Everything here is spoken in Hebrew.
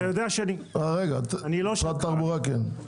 משרד התחבורה, כן.